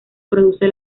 produce